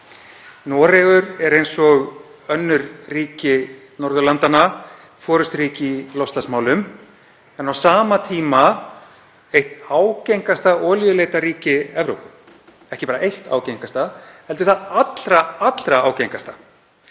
Noregur er eins og önnur ríki Norðurlandanna forysturíki í loftslagsmálum en á sama tíma eitt ágengasta olíuleitarríki Evrópu, ekki bara eitt ágengasta heldur það allra ágengasta.